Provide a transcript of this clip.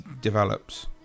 develops